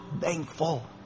thankful